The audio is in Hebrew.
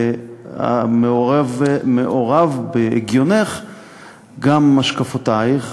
ומעורבות בהגיונך גם השקפותייך,